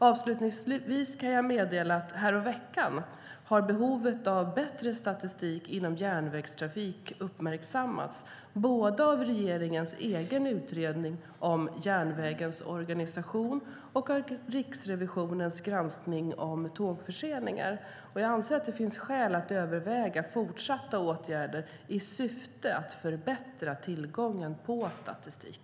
Avslutningsvis kan jag meddela att häromveckan har behovet av bättre statistik inom järnvägstrafik uppmärksammats både av regeringens egen utredning om järnvägens organisation och av Riksrevisionens granskning av tågförseningar. Jag anser att det finns skäl att överväga fortsatta åtgärder i syfte att förbättra tillgången på statistik.